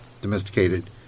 domesticated